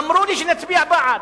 אמרו לי: נצביע בעד,